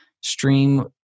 stream